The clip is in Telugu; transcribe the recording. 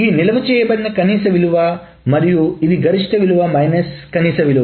ఈ నిల్వ చేయబడిన కనీస విలువ మరియు ఇది గరిష్ట విలువ మైనస్ కనీస విలువ